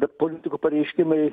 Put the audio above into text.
bet politikų pareiškimai